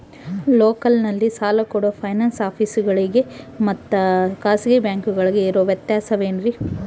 ಲೋಕಲ್ನಲ್ಲಿ ಸಾಲ ಕೊಡೋ ಫೈನಾನ್ಸ್ ಆಫೇಸುಗಳಿಗೆ ಮತ್ತಾ ಖಾಸಗಿ ಬ್ಯಾಂಕುಗಳಿಗೆ ಇರೋ ವ್ಯತ್ಯಾಸವೇನ್ರಿ?